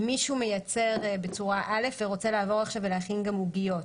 אם מישהו מייצר בצורה א' ורוצה עכשיו לעבור ולהכין גם עוגיות,